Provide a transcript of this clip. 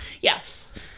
Yes